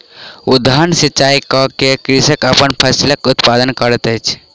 उद्वहन सिचाई कय के कृषक अपन फसिलक उत्पादन करैत अछि